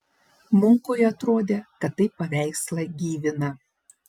munkui atrodė kad tai paveikslą gyvina